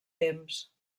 temps